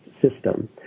system